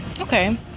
okay